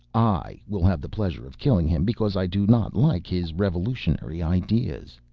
i will have the pleasure of killing him because i do not like his revolutionary ideas.